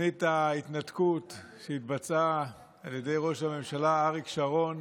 תוכנית ההתנתקות שהתבצעה על ידי ראש הממשלה אריק שרון